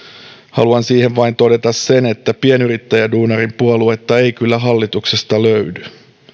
haluan siihen vain todeta sen että pienyrittäjäduunarin puoluetta ei kyllä hallituksesta löydy